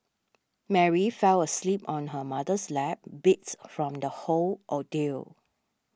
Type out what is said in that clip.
Mary fell asleep on her mother's lap beats from the whole ordeal